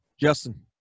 Justin